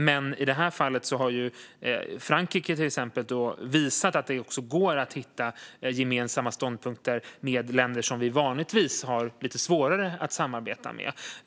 Men i till exempel det här fallet har Frankrike visat att går att hitta gemensamma ståndpunkter med länder som vi vanligtvis har lite svårare att samarbeta med. Fru talman!